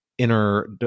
Inner